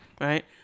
right